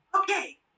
Okay